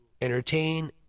entertain